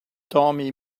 tommy